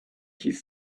his